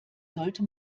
sollte